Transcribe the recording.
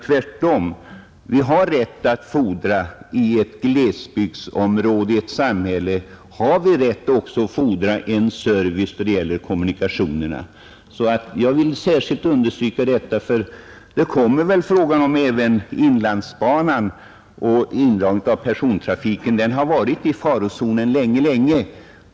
Tvärtom har vi i ett glesbygdsområde eller i ett samhälle rätt att fordra en tillfredsställande service i det fallet. Jag har velat understryka detta mycket starkt, därför att en indragning av persontrafiken även på Inlandsbanan väl så småningom kommer att aktualiseras. Den trafiken har ju länge varit i farozonen.